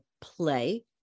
play